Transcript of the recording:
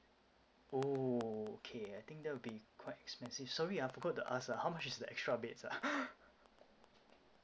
ah okay I think that will be quite expensive sorry ah forgot to ask ah how much is the extra beds ah